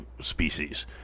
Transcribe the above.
species